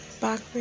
back